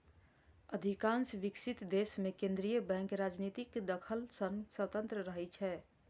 अधिकांश विकसित देश मे केंद्रीय बैंक राजनीतिक दखल सं स्वतंत्र रहै छै